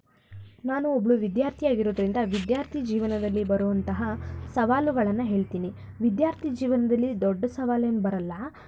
ನಾನು ಒಬ್ಬಳು ವಿದ್ಯಾರ್ಥಿ ಆಗಿರೋದ್ರಿಂದ ವಿದ್ಯಾರ್ಥಿ ಜೀವನದಲ್ಲಿ ಬರುವಂತಹ ಸವಾಲುಗಳನ್ನು ಹೇಳ್ತೀನಿ ವಿದ್ಯಾರ್ಥಿ ಜೀವನದಲ್ಲಿ ದೊಡ್ಡ ಸವಾಲೇನೂ ಬರಲ್ಲ